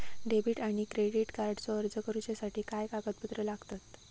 Debit आणि credit कार्डचो अर्ज करुच्यासाठी काय कागदपत्र लागतत?